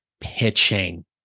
Pitching